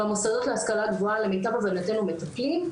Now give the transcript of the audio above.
והמוסדות להשכלה גבוהה, למיטב הבנתנו, מטפלים.